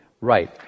Right